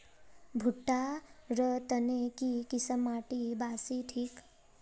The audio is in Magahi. भुट्टा र तने की किसम माटी बासी ठिक?